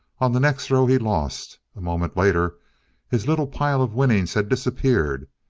on the next throw he lost. a moment later his little pile of winnings had disappeared.